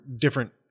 different